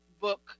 book